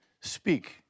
speak